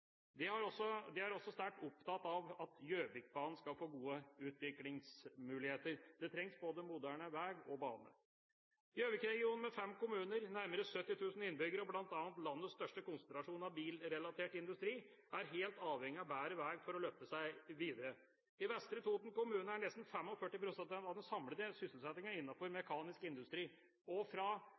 De er også sterkt opptatt av at Gjøvikbanen skal få gode utviklingsmuligheter. Det trengs både moderne vei og bane. Gjøvik-regionen, med fem kommuner, nærmere 70 000 innbyggere og bl.a. landets største konsentrasjon av bilrelatert industri, er helt avhengig av bedre vei for å løfte seg videre. I Vestre Toten kommune er nesten 45 pst. av den samlede sysselsettingen innenfor mekanisk industri, og fra